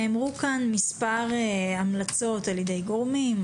נאמרו כאן מספר המלצות על ידי גורמים שונים,